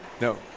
no